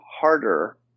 harder